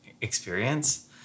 experience